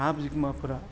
हा बिगोमाफोरा